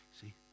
See